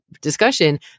discussion